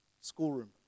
schoolroom